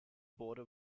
border